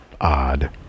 odd